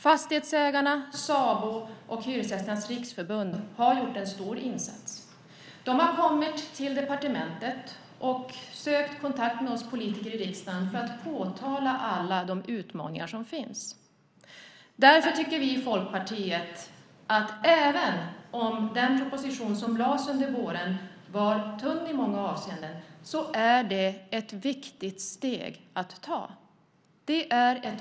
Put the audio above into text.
Fastighetsägarna, Sabo och Hyresgästernas riksförbund har gjort en stor insats. De har kommit till departementet och sökt kontakt med oss politiker i riksdagen för att påtala alla de utmaningar som finns. Därför tycker vi i Folkpartiet att även om den proposition som lades under våren var tung i många avseenden är det ett viktigt steg att ta.